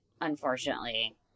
unfortunately